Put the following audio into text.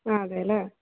ആ അതെ അല്ലേ